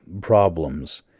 problems